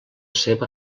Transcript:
seva